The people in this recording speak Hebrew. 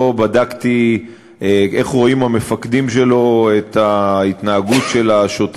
לא בדקתי איך רואים המפקדים של השוטר את ההתנהגות שלו.